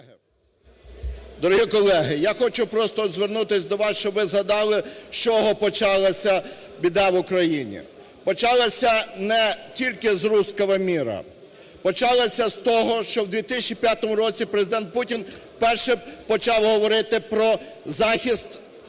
Дорогі колеги, я хочу просто звернутись до вас, щоб ви згадали, з чого почалася біда в Україні. Почалася не тільки з "руського міра", почалася з того, що у 2005 році Президент Путін вперше почав говорити про захист всіх